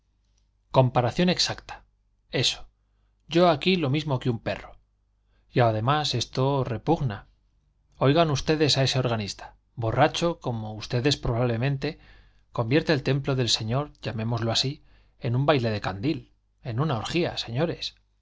comparación exacta eso yo aquí lo mismo que un perro y además esto repugna oigan ustedes a ese organista borracho como ustedes probablemente convierte el templo del señor llamémoslo así en un baile de candil en una orgía señores